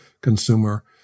Consumer